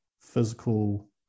physical